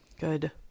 Good